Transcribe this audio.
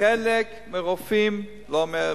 חלק מהרופאים, לא אומר אחוזים,